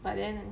but then